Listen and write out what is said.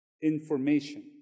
information